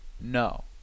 No